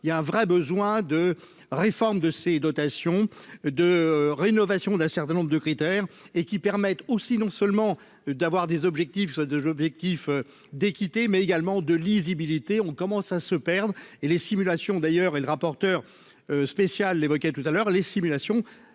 il y a un vrai besoin de réforme de ces dotations de rénovation d'un certain nombre de critères et qui permettent aussi non seulement d'avoir des objectifs, soit 2 objectifs d'équité mais également de lisibilité, on commence à se perdre et les simulations d'ailleurs et le rapporteur spécial l'évoquait tout à l'heure, les simulations